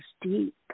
deep